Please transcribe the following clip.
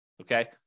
Okay